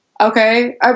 Okay